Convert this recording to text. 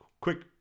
quick